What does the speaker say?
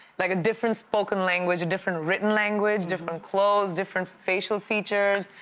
like a different spoken language, a different written language, different clothes, different facial features.